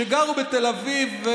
שגרו בתל אביב,